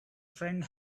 friend